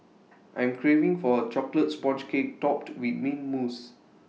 I am craving for A Chocolate Sponge Cake Topped with Mint Mousse